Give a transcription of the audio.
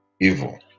Evil